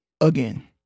again